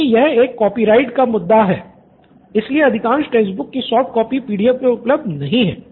क्योंकि यह एक कॉपीराइट का मुद्दा है इसलिए अधिकांश टेक्स्ट बुक्स कि सॉफ्ट कॉपी पीडीएफ में उपलब्ध नहीं हैं